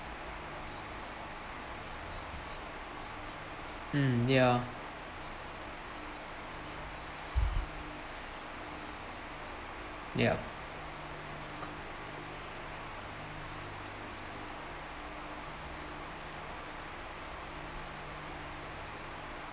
mm ya ya